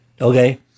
okay